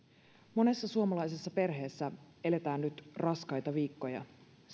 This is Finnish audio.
monessa suomalaisessa perheessä eletään nyt raskaita viikkoja